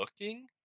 looking